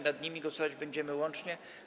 Nad nimi głosować będziemy łącznie.